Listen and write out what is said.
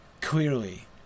Clearly